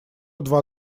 два